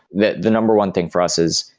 that the number one thing for us is,